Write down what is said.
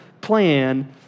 plan